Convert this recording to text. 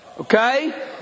Okay